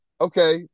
okay